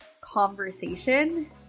conversation